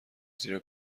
زیرا